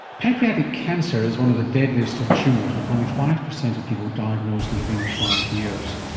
pancreatic cancer is one of the deadliest of tumours, with only five percent of people diagnosed living five years.